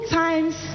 times